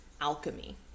alchemy